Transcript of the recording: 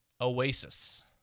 Oasis